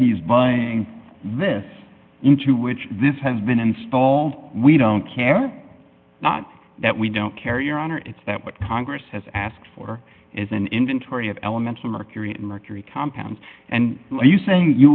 he's buying this into which this has been installed we don't care not that we don't care your honor it's that what congress has asked for is an inventory of elemental mercury and mercury compounds and are you saying you